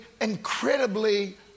incredibly